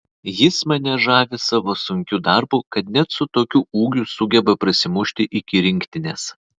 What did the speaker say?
jis mane žavi savo sunkiu darbu kad net su tokiu ūgiu sugeba prasimušti iki rinktinės